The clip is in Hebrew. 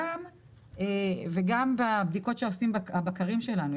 וגם בבדיקות שעושים הבקרים שלנו,